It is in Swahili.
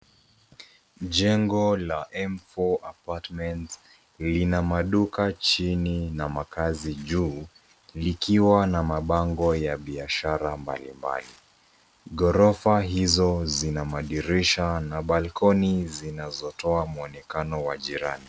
Jengo la M4 apartment lina maduka jini na makazi juu, likiwa na mabango ya biashara mbali mbali, gorofa hizo, zina madirisha na balcony zinazotoa muonekano wa jirani